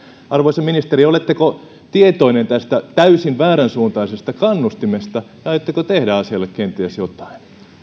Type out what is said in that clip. arvoisa ministeri oletteko tietoinen tästä täysin vääränsuuntaisesta kannustimesta ja aiotteko kenties tehdä asialle jotain